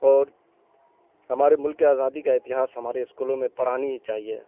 اور ہمارے ملک کے آزادی کا اتہاس ہمارے اسکولوں میں پڑھانی ہی چاہیے